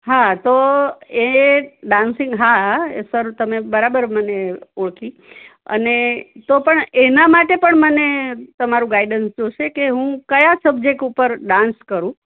હા તો એ ડાન્સિંગ હા સર તમે બરાબર મને ઓળખી અને તો પણ એના માટે પણ મને તમારું ગાઈડન્સ જોશે કે હું કયા સબ્જેક્ટ ઉપર ડાન્સ કરું